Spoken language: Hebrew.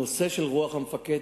נושא רוח המפקד,